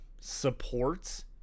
supports